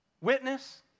Witness